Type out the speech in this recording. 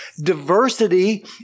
Diversity